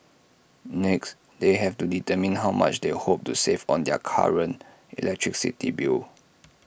next they have to determine how much they hope to save on their current electricity bill